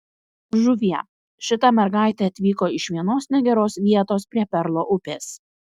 žuvie šita mergaitė atvyko iš vienos negeros vietos prie perlo upės